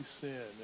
sin